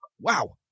Wow